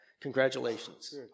congratulations